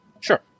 Sure